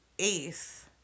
eighth